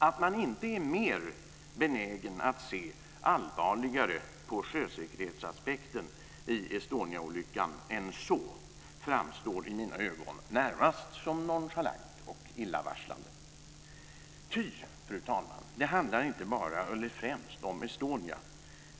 Att man inte är benägen att se allvarligare på sjösäkerhetsaspekten i Estoniaolyckan än så framstår i mina ögon närmast som nonchalant och illavarslande. Fru talman! Det handlar inte bara, eller främst, om Estonia.